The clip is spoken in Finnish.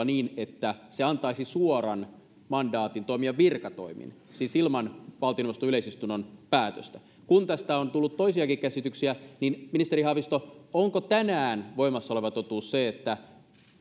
niin että se antaisi suoran mandaatin toimia virkatoimin siis ilman valtioneuvoston yleisistunnon päätöstä kun tästä on tullut toisiakin käsityksiä ministeri haavisto onko tänään voimassa oleva totuus se että